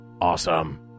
awesome